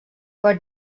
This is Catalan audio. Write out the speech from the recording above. per